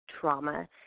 trauma